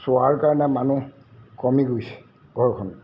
চোৱাৰ কাৰণে মানুহ কমি গৈছে ঘৰখনত